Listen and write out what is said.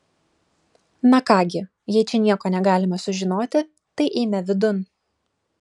na ką gi jei čia nieko negalime sužinoti tai eime vidun